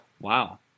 Wow